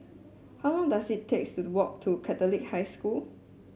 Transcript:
how long does it takes to walk to Catholic High School